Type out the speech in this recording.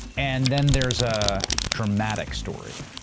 and then there's a dramatic story.